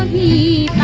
the